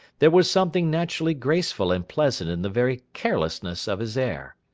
there was something naturally graceful and pleasant in the very carelessness of his air.